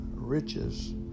riches